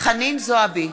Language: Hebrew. חנין זועבי,